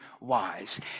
wise